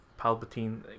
palpatine